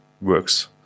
works